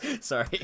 sorry